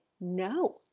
no